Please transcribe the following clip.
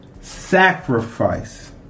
sacrifice